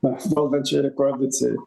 mes valdančiojoj koalicijoj